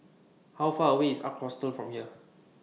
How Far away IS Ark Hostel from here